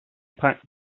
packed